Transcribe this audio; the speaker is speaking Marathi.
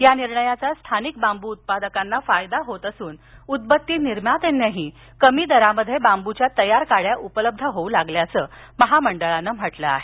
या निर्णयाचा स्थानिक बांबू उत्पादकांना फायदा होत असून उदबत्ती निर्मात्यानांही कमी दरात बांबूच्या तयार काड्या उपलब्ध होऊ लागल्या असल्याचं महामंडळानं म्हटलं आहे